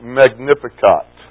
magnificat